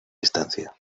distancia